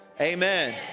Amen